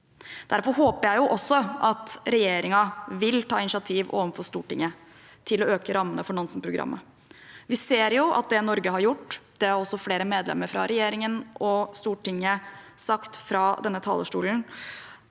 Derfor håper jeg også at regjeringen vil ta initiativ overfor Stortinget til å øke rammene for Nansen-programmet. Vi ser jo at det Norge har gjort – og det har også flere medlemmer av regjeringen og Stortinget sagt fra denne talerstolen